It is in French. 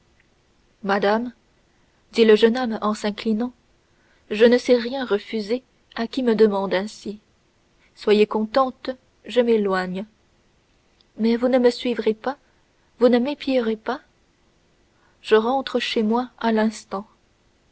madame dit le jeune homme en s'inclinant je ne sais rien refuser à qui me demande ainsi soyez contente je m'éloigne mais vous ne me suivrez pas vous ne m'épierez pas je rentre chez moi à l'instant